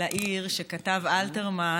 לעיר שכתב אלתרמן,